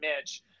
Mitch